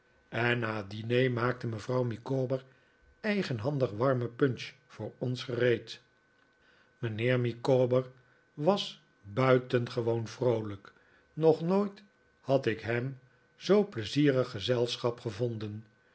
en na het diner maakte mevrouw micawber eigenhandig warme punch voor ons gereed mijnheer micawber was buitengewoon vroolijk nog nooit had ik hem zoo'n pleizierig gezelschap gevonden